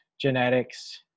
genetics